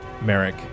Merrick